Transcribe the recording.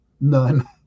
None